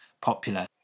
popular